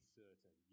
certain